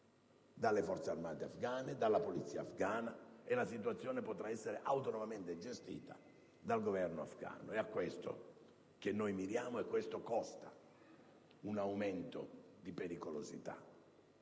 dalle Forze armate afgane, dalla polizia afgana e la situazione potrà essere autonomamente gestita dal Governo afgano. A questo noi miriamo, e questo comporta un aumento di pericolosità,